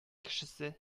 кешесе